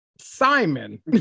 Simon